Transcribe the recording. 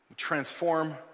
transform